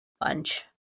bunch